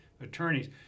attorneys